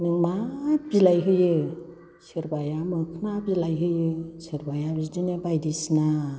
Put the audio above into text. नों मा बिलाइ होयो सोरबाया मोखना बिलाइ होयो सोरबाया बिदिनो बायदिसिना